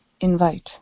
invite